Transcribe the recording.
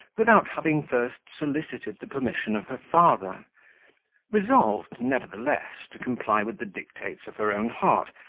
without having first solicited the permission of her father resolved, nevertheless, to comply with the dictates of her own heart,